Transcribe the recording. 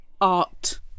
Art